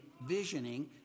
visioning